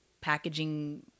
packaging